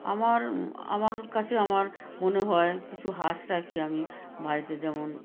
আমার আমার কাছে আমার মনে হয় কিছু হাঁস রাখি আমি বাড়িতে যেমন